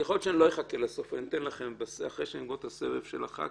יכול להיות שאני לא אחכה לסוף ואתן לכם אחרי שנגמור את הסבב של הח"כים,